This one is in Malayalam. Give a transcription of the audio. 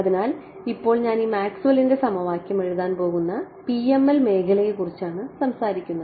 അതിനാൽ ഇപ്പോൾ ഞാൻ ഈ മാക്സ്വെല്ലിന്റെ സമവാക്യം എഴുതാൻ പോകുന്ന PML മേഖലയെക്കുറിച്ചാണ് സംസാരിക്കുന്നത്